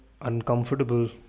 uncomfortable